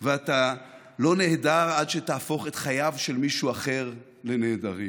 אתה לא נהדר עד שתהפוך את חייו של מישהו אחר לנהדרים.